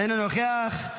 אינו נוכח,